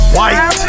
White